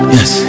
Yes